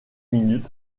minutes